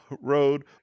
road